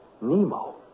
Nemo